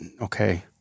okay